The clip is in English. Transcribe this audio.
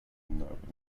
unnervingly